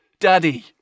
daddy